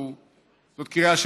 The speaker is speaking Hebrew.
זאת קריאה,